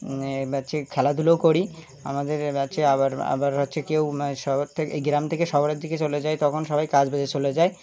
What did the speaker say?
মাঝে খেলাধুলোও করি আমাদের রাজ্যে আবার আবার হচ্ছে কেউ সবার থেকে এই গ্রাম থেকে শবারের দিকে চলে যায় তখন সবাই কাজ বাজে চলে যায়